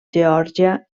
geòrgia